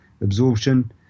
absorption